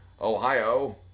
Ohio